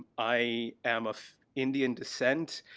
i am of indian descent,